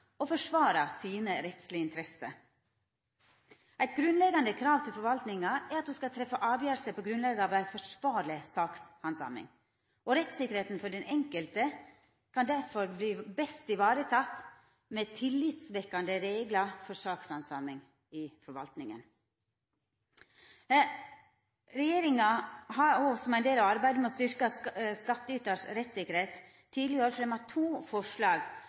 og forsvara sine rettslege interesser. Eit grunnleggjande krav til forvaltninga er at ho skal treffa avgjerder på grunnlag av ei forsvarleg sakshandsaming. Rettstryggleiken for den enkelte kan derfor best verta vareteken med tillitsvekkjande reglar for sakshandsaming i forvaltninga. Regjeringa har òg som ein del av arbeidet med å styrka rettstryggleiken for skattytaren tidlegare fremma to forslag.